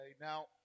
Now